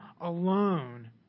alone